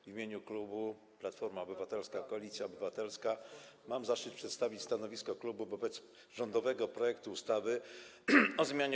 W imieniu klubu Platforma Obywatelska - Koalicja Obywatelska mam zaszczyt przedstawić stanowisko klubu wobec rządowego projektu ustawy o zmianie